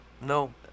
No